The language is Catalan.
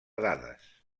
dades